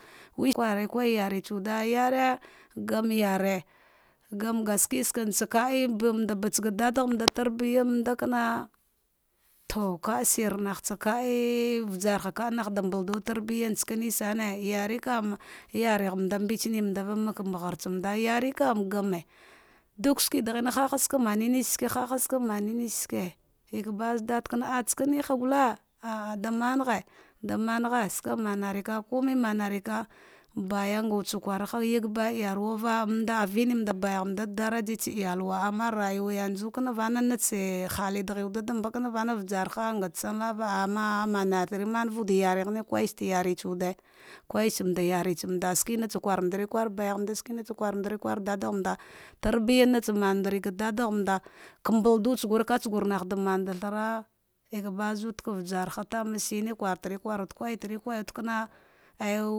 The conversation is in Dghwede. We kware yan thoa wude, yare gana yari gan ngashika ka ie, banda ba tsa dadagh manda ta biyamanda ana to kashir natsa la ei ujarha kanaghesa gandu transiya salema sare. yani kam mbada mbetsemandava maka ma hardthsama da. yer am sume dukshi dahia nana hahasi netsa ske, az dadakana eh skeneha gule ah damangi managhe skamanrika kume manarika. baya ga wuka tsakwa, bai iyalwava amamand avinamam da mbayah mauda da darija iyalwa ama rayuwa yazwi kana vana ah halidaghe wude idamaka vana, ujarha ghate tsanlaava. amametroman wudu yaritsawude. kwey tsanda yaritsand digina kwandarin kawa balghmanda shuvatsan kwarmabri wara dadagh mamda, larbinyatsa manardre dedigmanda vambubluka vanagh damadarthana kaba zudkayarha, nikwarteri kwar ni kwarterkwa wuche kana.